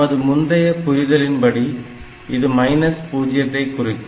நமது முந்தைய புரிதலின்படி இது மைனஸ் பூஜ்ஜியத்தை குறிக்கும்